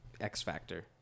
X-Factor